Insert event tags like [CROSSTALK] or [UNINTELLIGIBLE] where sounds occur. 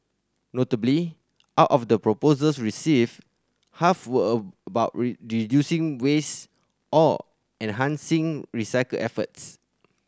notably out of the proposals received half were a about [UNINTELLIGIBLE] reducing waste or enhancing recycle efforts